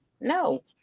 No